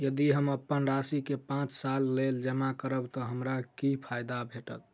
यदि हम अप्पन राशि केँ पांच सालक लेल जमा करब तऽ हमरा की फायदा भेटत?